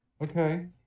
Okay